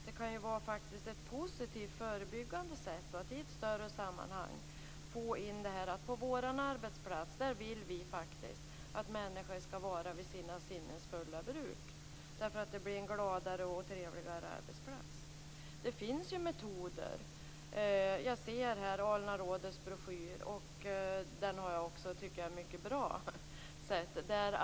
Det kan vara positivt och förebyggande att i ett större sammanhang få fram att på en viss arbetsplats skall människor vara vid sina sinnens fulla bruk - det blir en gladare och trevligare arbetsplats. Det finns metoder - här finns ALNA-rådets broschyr. Den är bra.